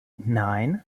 nine